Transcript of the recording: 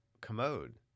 commode